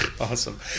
Awesome